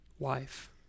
wife